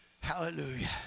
Hallelujah